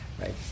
Right